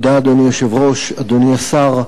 אדוני השר,